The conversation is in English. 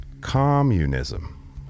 Communism